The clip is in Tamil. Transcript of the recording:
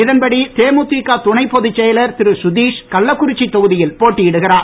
இதன்படி தேமுதிக துணைப் பொதுச் செயலர் திரு சுதீஷ் கள்ளக்குறிச்சி தொகுதியில் போட்டியிடுகிறார்